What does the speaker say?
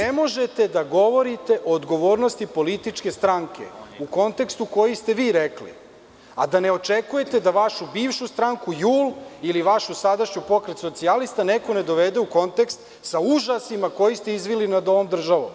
Ne možete da govorite o odgovornosti političke stranke u kontekstu koji ste vi rekli, a da ne očekujete da vašu bivšu stranku JUL ili vašu sadašnju Pokret socijalista neko ne dovede u kontekst sa užasima koje ste izveli nad ovom državom.